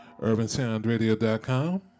UrbansoundRadio.com